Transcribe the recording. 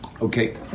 Okay